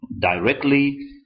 directly